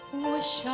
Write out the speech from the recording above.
voice.